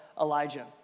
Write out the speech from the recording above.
Elijah